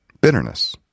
Bitterness